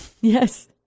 Yes